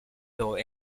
doe